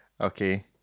Okay